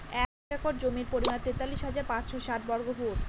এক একর জমির পরিমাণ তেতাল্লিশ হাজার পাঁচশ ষাট বর্গফুট